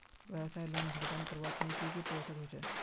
व्यवसाय लोन भुगतान करवार तने की की प्रोसेस होचे?